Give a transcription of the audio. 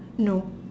no